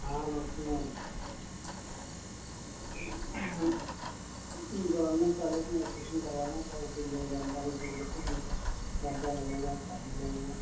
हाँ नमस्ते ma'am government college में एडमिशन करवाना था इसीलिए जानकारी चाहिए थी हमको क्या क्या लगेगा क्या नहीं लगेगा